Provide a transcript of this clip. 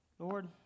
Lord